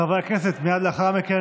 הם למדו ממך.